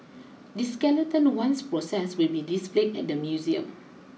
the skeleton once processed will be displayed at the museum